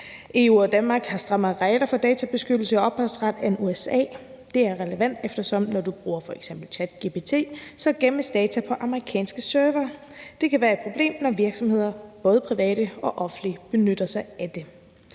EU og Danmark har strammere regler for databeskyttelse og ophavsret end USA. Det er relevant, eftersom data, når du bruger f.eks. ChatGPT, gemmes på amerikanske servere, og det kan være et problem, når virksomheder, både private og offentlige, benytter sig af det.